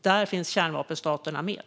Där finns kärnvapenstaterna med.